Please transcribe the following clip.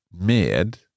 med